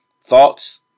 thoughts